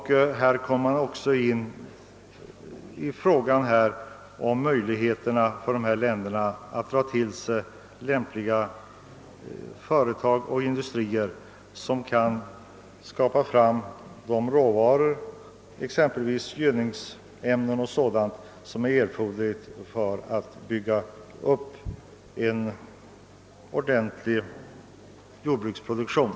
Därvidlag är det av vikt för dessa länder att dra till sig lämpliga företag och industrier, som kan skapa fram de råvaror, exempelvis gödningsämnen, som är erforderliga för att bygga upp en ordentlig jordbruksproduktion.